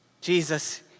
Jesus